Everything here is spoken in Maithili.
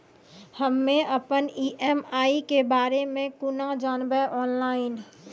हम्मे अपन ई.एम.आई के बारे मे कूना जानबै, ऑनलाइन?